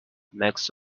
makes